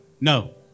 no